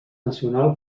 nacional